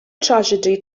drasiedi